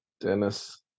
Dennis